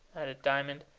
added diamond,